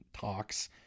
talks